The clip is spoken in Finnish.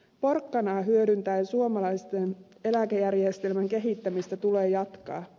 porkkanaa hyödyntäen suomalaisten eläkejärjestelmän kehittämistä tulee jatkaa